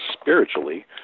spiritually